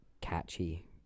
catchy